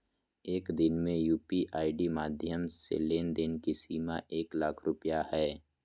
एक दिन में यू.पी.आई माध्यम से लेन देन के सीमा एक लाख रुपया हय